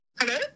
Hello